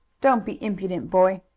don't be impudent, boy!